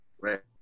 Right